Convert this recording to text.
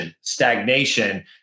stagnation